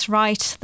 right